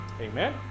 amen